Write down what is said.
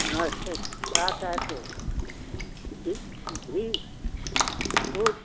नमस्ते क्या चाहते हो घी दूध